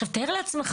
תאר לעצמך,